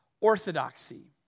orthodoxy